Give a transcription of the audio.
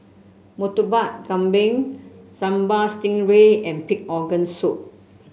Murtabak Kambing Sambal Stingray and Pig Organ Soup